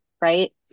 right